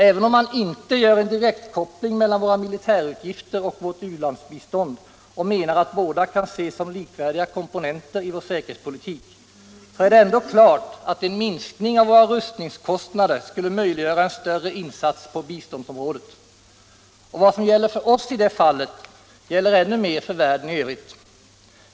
Även om man inte gör en direktkoppling mellan våra militärutgifter och vårt u-landsbistånd och menar att båda kan ses som likvärdiga komponenter i vår säkerhetspolitik, så är det ändå klart att en minskning av våra rustningskostnader skulle möjliggöra en större insats på biståndsområdet. Och vad som gäller för oss i det fallet gäller ännu mer för världen i övrigt.